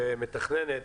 ומתכננת